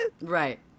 Right